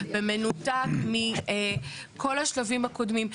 במנותק מכל השלבים הקודמים,